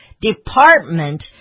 department